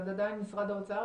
את עדיין משרד האוצר,